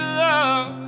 love